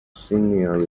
senior